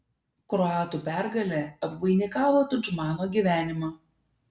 kroatų pergalė apvainikavo tudžmano gyvenimą